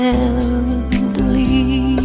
elderly